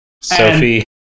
Sophie